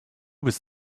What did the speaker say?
bist